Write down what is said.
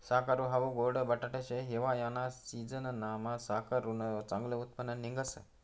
साकरू हाऊ गोड बटाटा शे, हिवायाना सिजनमा साकरुनं चांगलं उत्पन्न निंघस